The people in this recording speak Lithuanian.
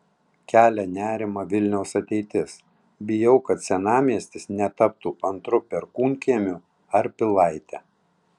kelia nerimą vilniaus ateitis bijau kad senamiestis netaptų antru perkūnkiemiu ar pilaite